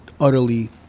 utterly